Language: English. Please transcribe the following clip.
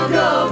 go